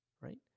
right